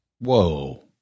Whoa